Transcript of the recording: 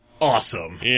awesome